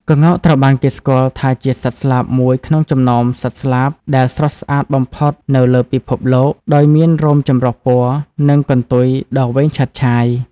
ក្ងោកត្រូវបានគេស្គាល់ថាជាសត្វស្លាបមួយក្នុងចំណោមសត្វស្លាបដែលស្រស់ស្អាតបំផុតនៅលើពិភពលោក ដោយមានរោមចម្រុះពណ៌ និងកន្ទុយដ៏វែងឆើតឆាយ។